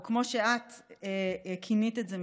או כמו שאת כינית את זה,